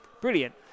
Brilliant